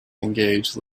engage